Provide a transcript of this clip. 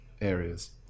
areas